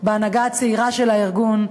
בהנהגה הצעירה של הארגון,